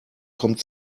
kommt